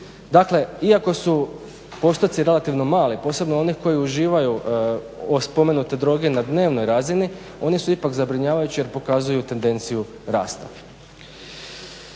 Dakle, iako su postoci relativno mali, posebno onih koji uživaju spomenute droge na dnevnoj razini oni su ipak zabrinjavajući jer pokazuju tendenciju rasta.